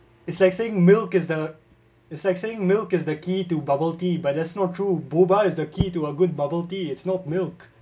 it's like saying milk is the it's like saying milk is the key to bubble tea but that's not true boba is the key to a good bubble tea it's not milk